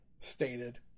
stated